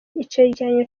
icegeranyo